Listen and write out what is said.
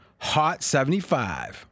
HOT75